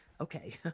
Okay